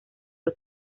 fue